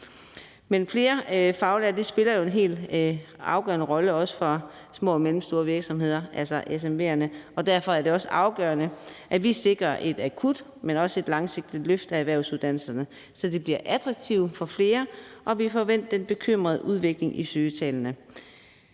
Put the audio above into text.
Flere faglærte spiller jo en helt afgørende rolle, også for små og mellemstore virksomheder, altså SMV'erne, og derfor er det afgørende, at vi sikrer ikke kun et akut, men også et langsigtet løft af erhvervsuddannelserne, så de bliver attraktive for flere og vi får vendt den bekymrende udvikling i søgetallene.